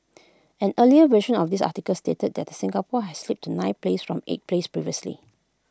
an earlier version of this article stated that Singapore had slipped to ninth place from eighth place previously